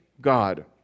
God